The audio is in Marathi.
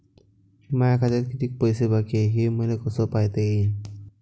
माया खात्यात कितीक पैसे बाकी हाय हे मले कस पायता येईन?